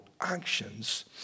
actions